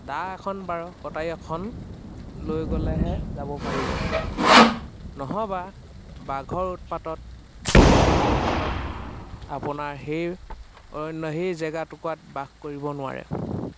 দা এখন বা কটাৰী এখন লৈ গ'লেহে যাব পাৰিব নহ'বা বাঘৰ উৎপাতত হাতীৰ উৎপাতত আপোনাৰ সেই অন্য সেই জেগাটোকোৰাত বাস কৰিব নোৱাৰে